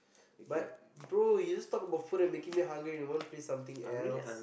but bro you just talk about food and making me hungry and you want play something else